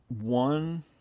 one